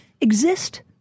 exist